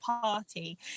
party